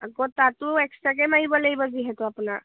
আকৌ তাতো এক্সট্ৰাকে মাৰিব লাগিব যিহেতু আপোনাৰ